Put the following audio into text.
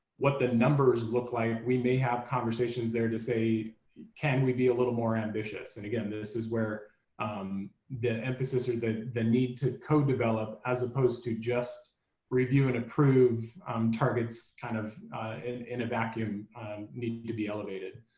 what the numbers look like. we may have conversations there to say can we be a little more ambitious. and again this is where um the emphasis or the the need to co-develop, as opposed to just review and improve targets kind of in in a vacuum um need to be elevated.